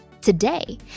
Today